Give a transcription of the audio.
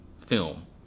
film